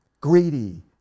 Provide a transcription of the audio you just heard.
greedy